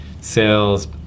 sales